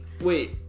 Wait